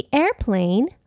airplane